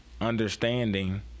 understanding